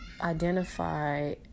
identify